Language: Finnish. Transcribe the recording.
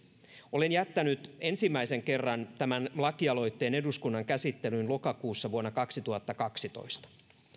olen jättänyt ensimmäisen kerran tämän lakialoitteen eduskunnan käsittelyyn lokakuussa vuonna kaksituhattakaksitoista